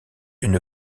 une